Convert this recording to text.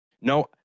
no